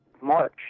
March